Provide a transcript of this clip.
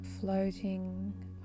floating